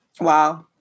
Wow